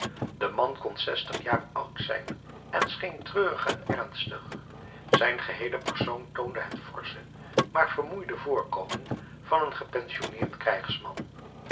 de man kon zestig jaar oud zijn en scheen treurig en ernstig zijn geheele persoon toonde het forsche maar vermoeide voorkomen van een gepensioneerd krijgsman